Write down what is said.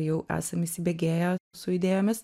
jau esam įsibėgėję su idėjomis